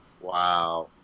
Wow